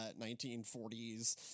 1940s